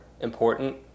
important